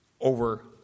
over